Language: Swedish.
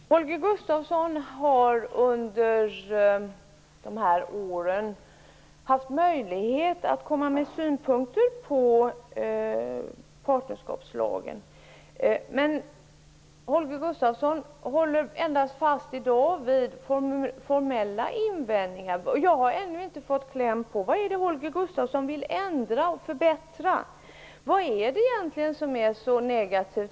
Fru talman! Holger Gustafsson har under de här åren haft möjlighet att framföra synpunkter på partnerskapslagen. Men i dag kommer Holger Gustafsson bara med formella invändningar. Jag har ännu inte fått kläm på vilka formuleringar i lagen det är som Holger Gustafsson vill ändra.